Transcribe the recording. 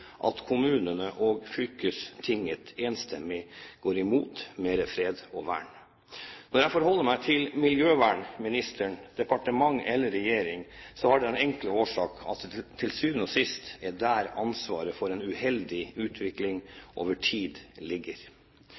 at kommunene og fylkestinget enstemmig går imot mer fredning og vern. Når jeg forholder meg til miljøvernministeren, departementet eller regjeringen, har det den enkle årsak at det til syvende og sist er der ansvaret for en uheldig utvikling over tid ligger.